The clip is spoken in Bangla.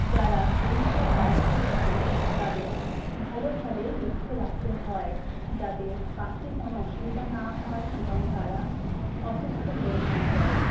যারা এই সব দায়িত্ব থাকে তাদের ভালোভাবেই লক্ষ্য রাখতে হয় যাতে পাখির কোনো অসুবিধা না হয় এবং তারা অসুস্থ হয়ে না পড়ে